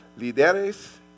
líderes